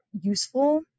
useful